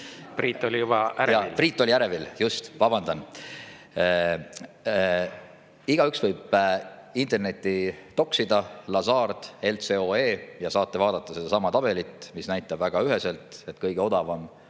Priit oli ärevil, just. Vabandan! Igaüks võib internetti toksida "Lazard, LCOE", ja saate vaadata sedasama tabelit, mis näitab väga üheselt, et kõige odavam